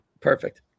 Perfect